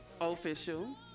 official